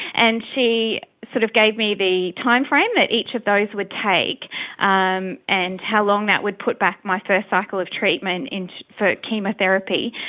and she sort of gave me the timeframe that each of those would take um and how long that would put back my first cycle of treatment and for chemotherapy.